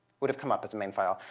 would have come up as a main file.